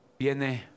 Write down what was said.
viene